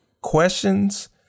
questions